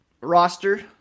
roster